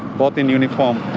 both in uniform